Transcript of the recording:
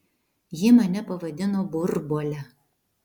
ji mane pavadino burbuole